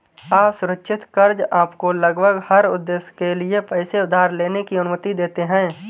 असुरक्षित कर्ज़ आपको लगभग हर उद्देश्य के लिए पैसे उधार लेने की अनुमति देते हैं